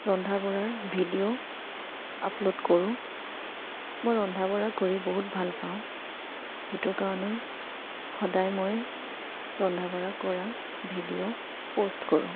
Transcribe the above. ৰন্ধা বঢ়াৰ video upload কৰোঁ মই ৰন্ধা বঢ়া কৰি বহুত ভাল পাওঁ সেইটো কাৰণেই সদায় মই ৰন্ধা বঢ়া কৰা ভিডিঅ' প'ষ্ট কৰোঁ